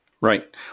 Right